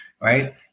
Right